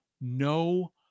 no